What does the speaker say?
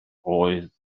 oedd